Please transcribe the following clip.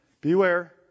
Beware